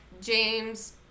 James